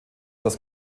das